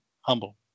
humble